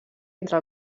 entre